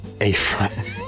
a-front